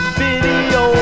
video